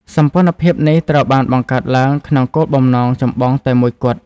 សម្ព័ន្ធភាពនេះត្រូវបានបង្កើតឡើងក្នុងគោលបំណងចម្បងតែមួយគត់។